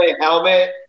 helmet